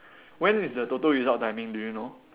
when is the Toto result timing do you know